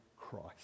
Christ